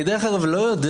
לא יודע